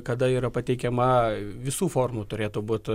kada yra pateikiama visų formų turėtų būt